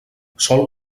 sol